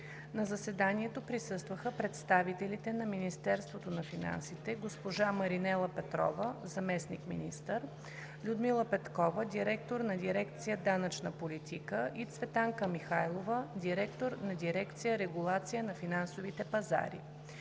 На заседанието присъстваха представителите на Министерството на финансите – госпожа Маринела Петрова – заместник-министър, Людмила Петкова – директор на дирекция „Данъчна политика“, и Цветанка Михайлова – директор на дирекция „Регулация на финансовите пазари“.